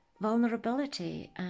vulnerability